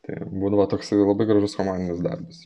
tai būdavo toks labai gražus komandinis darbas